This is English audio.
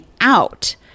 out